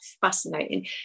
fascinating